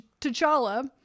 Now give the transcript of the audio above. T'Challa